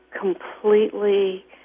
completely